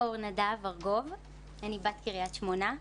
אני בת קריית שמונה.